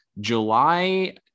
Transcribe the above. July